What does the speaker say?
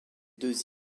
deux